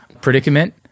predicament